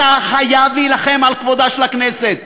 אתה חייב להילחם על כבודה של הכנסת,